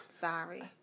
Sorry